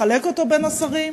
לחלק אותו בין השרים?